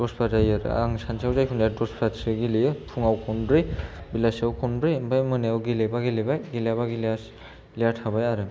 दस बार जायो आरो आं सानसेयाव जायखुनु जाया दस बारसो गेलेयो फुङाव खनब्रै बेलासियाव खनब्रै ओमफ्राय मोनायाव गेलेबा गेलेबाय गेलेयाबा गेलेयालासे थाबाय आरो